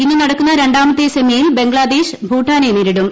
ഇന്ന് നടക്കുന്ന രണ്ടാമത്തെ സെമിയിൽ ബംഗ്ലാദേശ് ഭൂട്ടാനെ നേരിടും